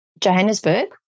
Johannesburg